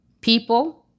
People